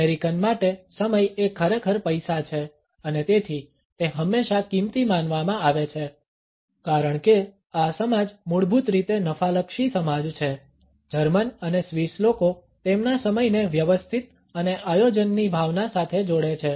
American માટે સમય એ ખરેખર પૈસા છે અને તેથી તે હંમેશા કિંમતી માનવામાં આવે છે કારણ કે આ સમાજ મૂળભૂત રીતે નફાલક્ષી સમાજ છે જર્મન અને સ્વિસ લોકો તેમના સમયને વ્યવસ્થિત અને આયોજનની ભાવના સાથે જોડે છે